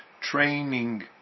training